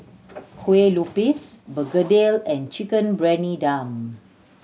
Kueh Lupis begedil and Chicken Briyani Dum